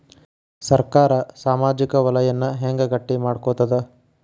ಸರ್ಕಾರಾ ಸಾಮಾಜಿಕ ವಲಯನ್ನ ಹೆಂಗ್ ಗಟ್ಟಿ ಮಾಡ್ಕೋತದ?